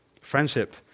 Friendship